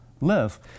live